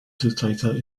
dictator